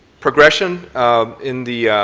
progression in the